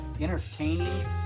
entertaining